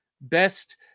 best